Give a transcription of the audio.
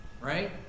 right